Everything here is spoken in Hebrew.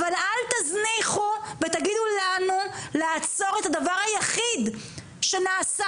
אבל אל תזניחו ותגידו לנו לעצור את הדבר היחיד שנעשה